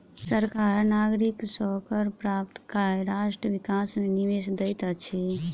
सरकार नागरिक से कर प्राप्त कय राष्ट्र विकास मे निवेश दैत अछि